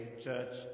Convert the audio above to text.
church